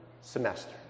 semester